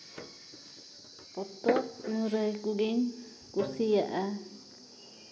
ᱯᱚᱛᱚᱵ ᱢᱩᱨᱟᱹᱭ ᱠᱚᱜᱮᱧ ᱠᱩᱥᱤᱭᱟᱜᱼᱟ